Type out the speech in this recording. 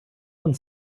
one